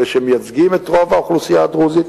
אלה שמייצגים את רוב האוכלוסייה הדרוזית,